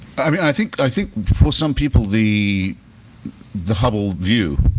i mean i think i think for some people, the the hubble view,